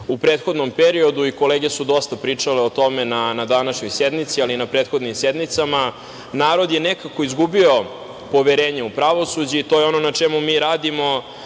prethodnom periodu, kolege su dosta pričale o tome na današnjoj sednici, ali i na prethodnim sednicama, narod je nekako izgubio poverenje u pravosuđe i to je ono na čemu mi radimo